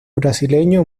brasileño